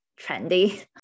trendy